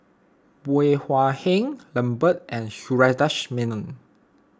Bey Hua Heng Lambert and Sundaresh Menon